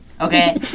okay